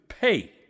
pay